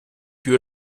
più